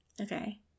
Okay